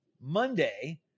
Monday